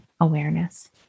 awareness